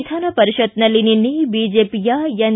ವಿಧಾನಪರಿಷತ್ನಲ್ಲಿ ನಿನ್ನೆ ಬಿಜೆಪಿಯ ಎನ್